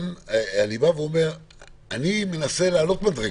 אני מנסה לעלות מדרגה.